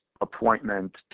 appointment